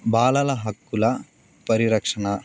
బాలల హక్కుల పరిరక్షణ